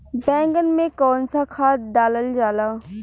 बैंगन में कवन सा खाद डालल जाला?